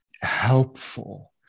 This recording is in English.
helpful